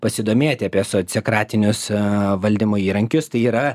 pasidomėti apie sociokratinius e valdymo įrankius tai yra